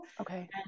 Okay